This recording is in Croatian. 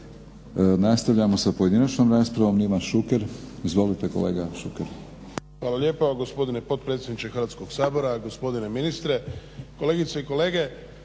Nastavljamo sa pojedinačnom raspravom, Ivan Šuker. Izvolite kolega Šuker. **Šuker, Ivan (HDZ)** Hvala lijepa gospodine potpredsjedniče Hrvatskog sabora, gospodine ministre, kolegice i kolege.